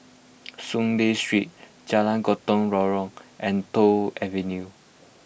Soon Lee Street Jalan Gotong Royong and Toh Avenue